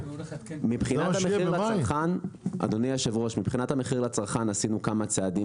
מבחינת המחיר לצרכן עשינו כמה צעדים